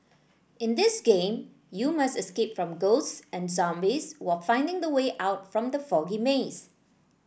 in this game you must escape from ghosts and zombies while finding the way out from the foggy maze